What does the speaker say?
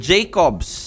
Jacobs